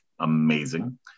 Amazing